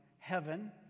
heaven